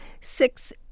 six